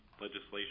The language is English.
legislation